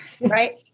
right